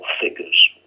figures